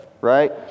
Right